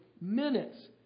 minutes